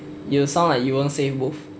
you sound like you won't save both